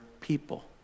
people